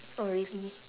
oh really